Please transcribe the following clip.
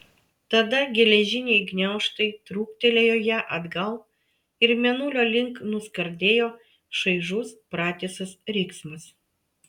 tada geležiniai gniaužtai trūktelėjo ją atgal ir mėnulio link nuskardėjo šaižus pratisas riksmas